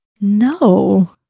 No